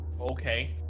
okay